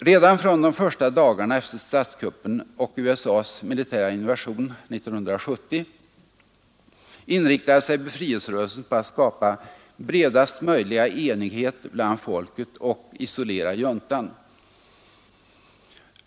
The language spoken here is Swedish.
Redan från de första dagarna efter statskuppen och USA:s mil invasion 1970 inriktade sig befrielserörelsen på att skapa bredast möjliga enighet bland folket och isolera juntan.